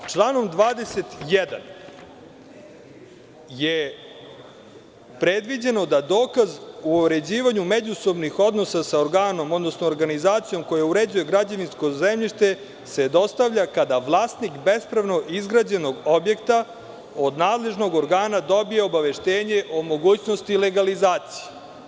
Dok članom 21. je predviđeno da dokaz o uređivanju međusobnih odnosa sa organom, odnosno organizacijom koja uređuje građevinsko zemljište se dostavlja kada vlasnik bespravno izgrađenog objekta od nadležnog organa dobije obaveštenje o mogućnosti legalizacije.